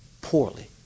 poorly